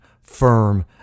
firm